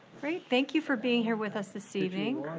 great, thank you for being here with us this evening.